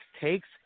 takes